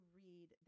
read